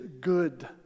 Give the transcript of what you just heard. good